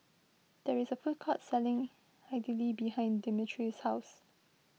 there is a food court selling Idili behind Demetrius' house